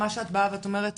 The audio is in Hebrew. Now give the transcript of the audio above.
מה שאת באה ואומרת,